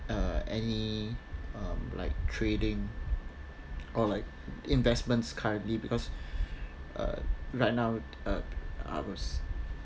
uh any um like trading or like investments currently because uh right now uh I was